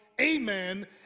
amen